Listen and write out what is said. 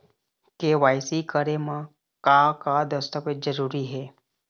KYC करे म का का दस्तावेज जरूरी हे?